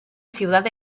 ciudad